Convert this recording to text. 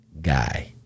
guy